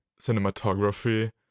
cinematography